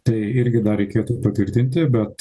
tai irgi dar reikėtų patvirtinti bet